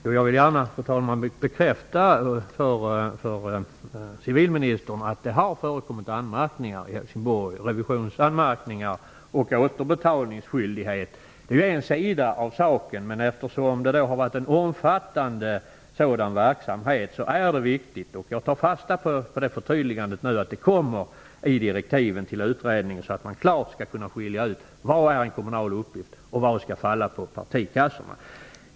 Fru talman! Jag vill gärna bekräfta för civilministern att det har förekommit anmärkningar när det gäller Helsningborg. Det är fråga om revisionsanmärkningar och återbetalningsskyldighet. Detta är en sida av saken. Eftersom det har skett en omfattande sådan verksamhet, är det viktigt att det kommer med ett förtydligande -- och jag tar fasta på det -- i direktiven till utredningen, så att man klart skall kunna skilja ut vad som är en kommunal uppgift och vad som skall falla på partikassorna.